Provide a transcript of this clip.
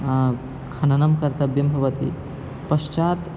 खननं कर्तव्यं भवति पश्चात्